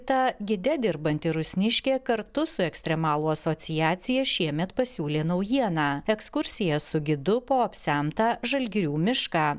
ta gide dirbanti rusniškė kartu su ekstremalų asociacija šiemet pasiūlė naujieną ekskursiją su gidu po apsemtą žalgirių mišką